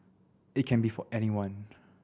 it can be for anyone